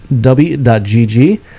w.gg